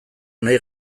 nahi